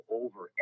over